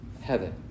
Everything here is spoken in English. Heaven